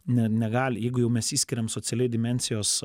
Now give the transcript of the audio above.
ne negali jeigu jau mes išskiriam socialiai dimensijos